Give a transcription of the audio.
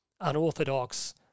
unorthodox